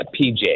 PJ